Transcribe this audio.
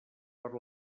per